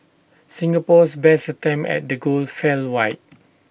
Singapore's best attempts at the goal fell wide